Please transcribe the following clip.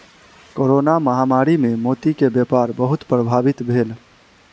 corona महामारी मे मोती के व्यापार बहुत प्रभावित भेल